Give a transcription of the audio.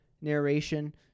narration